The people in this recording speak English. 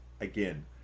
Again